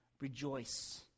Rejoice